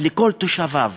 אז לכל תושביו,